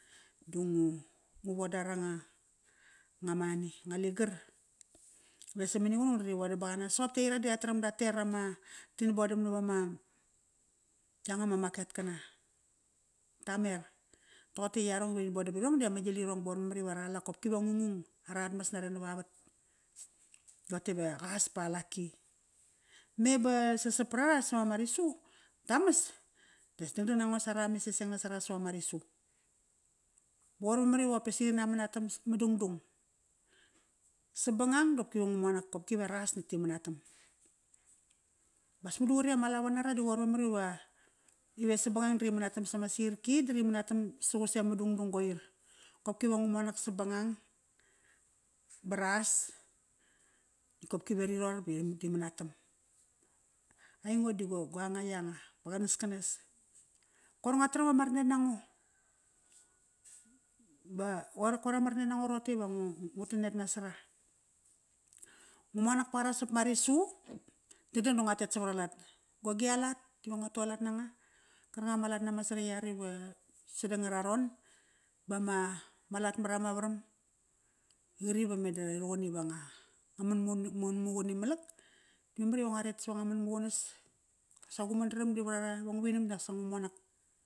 da ngu, ngu vo da ra nga, nga money, nga ligar. Ve samani qunung da ri vodam baqarias, soqop di aira di rataram ra ter ama tin bodam navama yanga ma market kana. Ta mer. Toqote i yarong i rin bodam vari rong di ama gilirong ba qoir memar iva aralak, qopki ve ngu ngung arat mas nare navavat toqote va qas pa alaki. Me ba sasa praqa savama risu, tamas, das dangdang nango sara mes eseng nasarara savama risu. Ba qoir memar ive qopesi rina manatam ma dungdung. Sabangang daqopki ve ngu monak qopki ve ras nitk ti manetam. Bas madu qari ama lavo nara di qoir memar iva, ive sabangang ri manatam sam sirki da ri manatam sa qusem ma dungdung qoir. Qopki ve ngu monak sabangang. Ba ras natk kopki ve ri ror ba ri manatam. Aingo di go guanga yanga. Ma qanaskanes. Koir ngua ama ranet nango. Ba qoir koir ama ranet nango roqote iva ngu, ngu tanet nas sara. Ngu monak paqara sapma risu, dadang da ngua tet savara lat. Go gialat, iva ngua tualat nanga karknga ma lat nama sariyar ive sadangararon, bama ma lat marama varam qri va me di ri ruqun iva nga manmaqun imalak, memar iva ngua ret sava nga manmaqunas. Sa gu madaram di varara, va ngu vinam di naksa ngu monak.